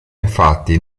infatti